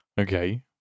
Okay